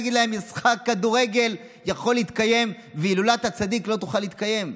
תגיד להם: משחק כדורגל יכול להתקיים והילולת הצדיק לא תוכל להתקיים.